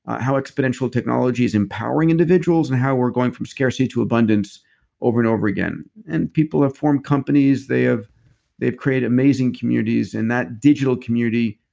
how exponentially technology is empowering individuals, and how we're going from scarcity to abundance over and over again and people have formed companies. they have created amazing communities. and that digital community,